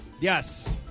Yes